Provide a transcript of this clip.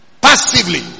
Passively